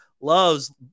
loves